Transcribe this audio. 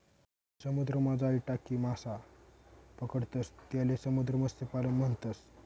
समुद्रमा जाई टाकी मासा पकडतंस त्याले समुद्र मत्स्यपालन म्हणतस